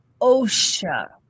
osha